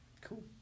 Cool